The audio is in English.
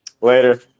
Later